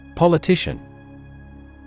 Politician